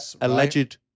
alleged